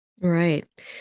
Right